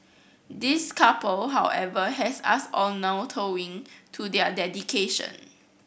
this couple however has us all kowtowing to their dedication